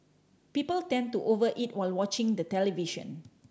people tend to over eat while watching the television